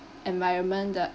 environment the